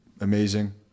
amazing